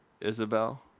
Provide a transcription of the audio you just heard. Isabel